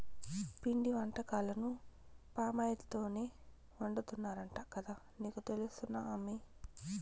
పిండి వంటకాలను పామాయిల్ తోనే వండుతున్నారంట కదా నీకు తెలుసునా అమ్మీ